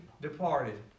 departed